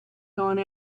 gone